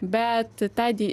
bet ta di